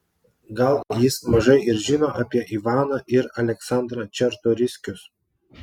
gal jis mažai ir žino apie ivaną ir aleksandrą čartoriskius